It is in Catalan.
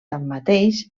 tanmateix